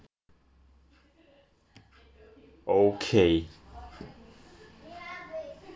okay